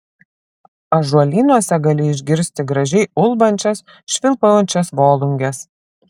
ąžuolynuose gali išgirsti gražiai ulbančias švilpaujančias volunges